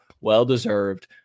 well-deserved